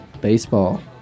Baseball